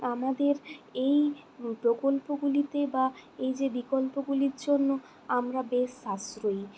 আমাদের এই প্রকল্পগুলিতে বা এই যে বিকল্পগুলির জন্য আমরা বেশ সাশ্রয়ী